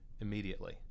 immediately